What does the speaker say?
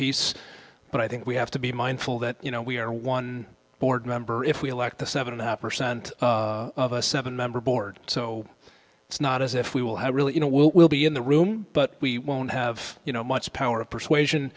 piece but i think we have to be mindful that you know we are one board member if we elect the seven and a half or scent of a seven member board so it's not as if we will have really you know we'll be in the room but we won't have you know much power of persuasion